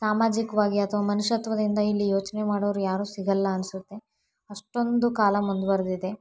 ಸಾಮಾಜಿಕವಾಗಿ ಅಥವಾ ಮನುಷ್ಯತ್ವದಿಂದ ಇಲ್ಲಿ ಯೋಚನೆ ಮಾಡೋವ್ರು ಯಾರೂ ಸಿಗೋಲ್ಲ ಅನಿಸುತ್ತೆ ಅಷ್ಟೊಂದು ಕಾಲ ಮುಂದುವರ್ದಿದೆ